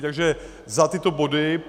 Takže za tyto body.